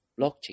blockchain